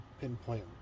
pinpoint